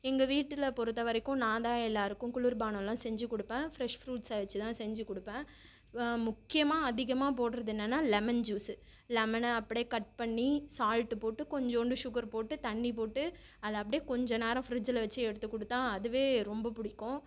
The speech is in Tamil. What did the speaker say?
எங்கள் வீட்டில் பொருத்த வரைக்கும் நான் தான் எல்லோருக்கும் குளிர்பானலாம் செஞ்சு கொடுப்பேன் ஃப்ரெஷ் ஃப்ரூட்ஸை வெச்சு தான் செஞ்சு கொடுப்பேன் முக்கியமாக அதிகமாக போடுறது என்னென்னா லெமன் ஜூஸு லெமனை அப்படி கட் பண்ணி சால்ட்டு போட்டு கொஞ்சோண்டு ஷுகர் போட்டு தண்ணி போட்டு அதில் அப்டி கொஞ்ச நேரம் ஃப்ரிட்ஜுல் வெச்சு எடுத்து கொடுத்தா அதுவே ரொம்ப பிடிக்கும்